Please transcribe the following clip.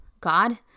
God